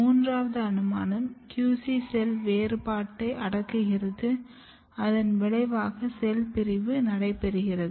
மூன்றாவது அனுமானம்QC செல் வேறுபாட்டை அடக்குகிறது அதன் விளைவாக செல் பிரிவு நடைபெறுகிறது